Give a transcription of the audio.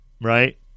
right